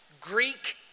Greek